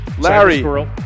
Larry